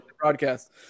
broadcast